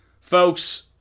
Folks